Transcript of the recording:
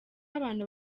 abantu